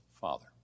father